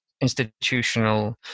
institutional